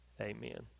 Amen